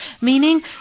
Meaning